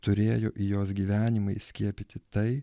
turėjo jos gyvenimą įskiepyti tai